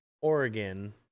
Oregon